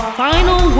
final